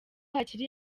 hakiri